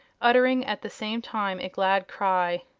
uttering at the same time a glad cry.